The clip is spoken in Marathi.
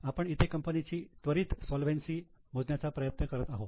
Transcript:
आपण इथे कंपनीची त्वरित सोलवेन्सी मोजण्याचा प्रयत्न करीत आहो